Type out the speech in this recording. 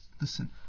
Listen